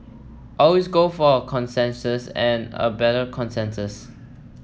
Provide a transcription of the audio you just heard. always go for a consensus and a better consensus